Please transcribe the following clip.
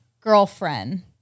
girlfriend